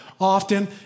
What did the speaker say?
often